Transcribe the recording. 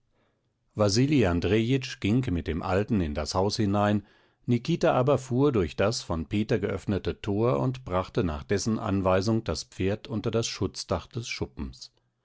andrejitsch ging mit dem alten in das haus hinein nikita aber fuhr durch das von peter geöffnete tor und brachte nach dessen anweisung das pferd unter das schutzdach des schuppens